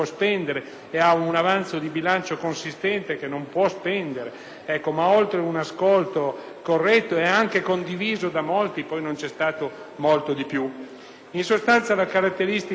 corretto e condiviso da molti, non c'è stato molto di più. In sostanza, la caratteristica di questo disegno di legge non è data da quello che c'è, quanto piuttosto da quello che manca, da quello che non c'è.